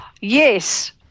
Yes